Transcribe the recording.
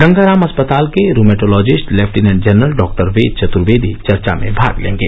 गंगा राम अस्पताल के rheumatologist lieutenant general डॉ वेद चतुर्वेदी चर्चा में भाग लेंगे